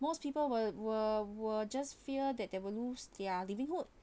most people were were were just fear that they would lose their livelihood